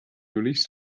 released